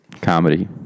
comedy